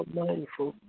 mindful